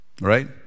Right